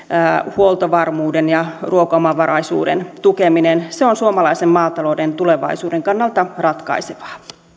huoltovarmuuden ja ruokaomavaraisuuden tukeminen se on suomalaisen maatalouden tulevaisuuden kannalta ratkaisevaa